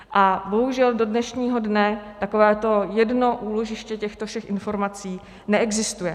A bohužel do dnešního dne takovéto jedno úložiště těchto všech informací neexistuje.